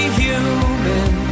human